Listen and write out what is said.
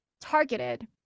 targeted